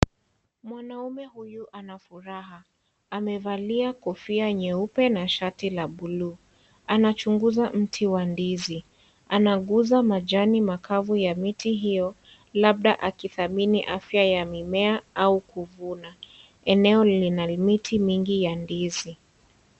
Mwanaume huyu amefurahia , amevalia kofia nyeupe na shati la buluu anachunguza mti wa ndizi Anaguza majani makubwa ya miti hiyo labda alitumaini afya ya mimea au kuvuna eneo lina miti mingi ya ndizi .